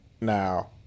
Now